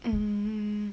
hmm